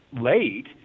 late